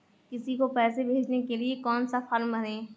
किसी को पैसे भेजने के लिए कौन सा फॉर्म भरें?